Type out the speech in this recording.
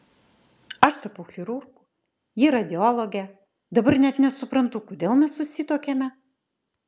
aš tapau chirurgu ji radiologe dabar net nesuprantu kodėl mes susituokėme